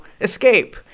escape